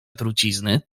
trucizny